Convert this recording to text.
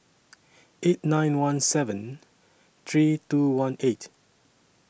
eight nine one seven three two one eight